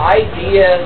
idea